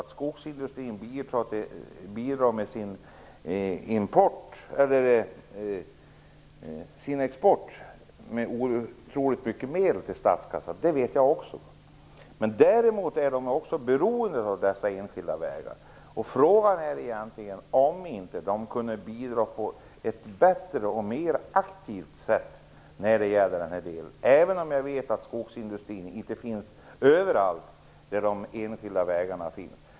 Att skogsindustrin med sin export bidrar med otroligt mycket medel statskassan vet jag också. Men den är också beroende av dessa enskilda vägar. Frågan är egentligen om den inte kunde bidra på ett bättre och mer aktivt sätt när det gäller den här delen, även om jag vet att skogsindustrin inte finns överallt där de enskilda vägarna finns.